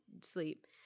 sleep